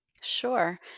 Sure